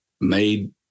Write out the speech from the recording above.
made